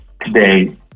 Today